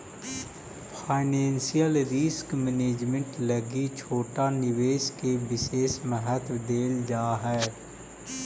financial risk management लगी छोटा निवेश के विशेष महत्व देल जा हई